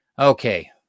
Okay